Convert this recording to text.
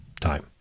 time